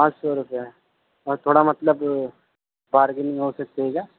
پانچ سو روپیہ اور تھوڑا مطلب بارگننگ ہو سکتی ہے کیا